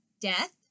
death